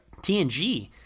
TNG